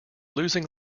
losing